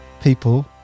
people